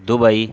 Dubai